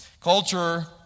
Culture